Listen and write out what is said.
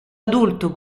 adulto